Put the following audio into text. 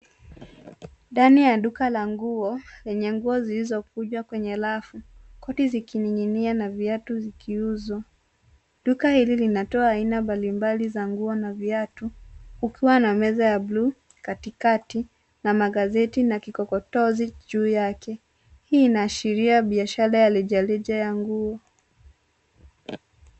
Ndani ya duka la nguo lenye nguo zilizo kunjwa kwenye rafu, koti zikining'inia na vyatu zikiuzwa. Duka hili linatoa aina mbalimbali za nguo na viatu, kukiwa na meza ya buluu katikati na magazeti na kikokotozi juu yake. Hii inaashiria biashara ya reja reja ya nguo.